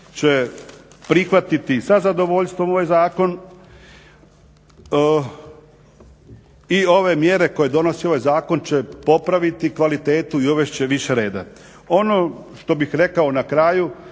će prihvatiti za zadovoljstvom ovaj zakon i ove mjere koje donosi ovaj zakon će popraviti kvalitetu i uvest će više reda. Ono što bih rekao na kraju